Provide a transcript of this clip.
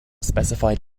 specified